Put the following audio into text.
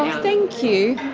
thank you.